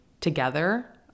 together